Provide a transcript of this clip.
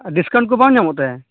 discount ᱠᱚ ᱵᱟᱝ ᱧᱟᱢᱚᱜ ᱛᱮ